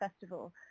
festival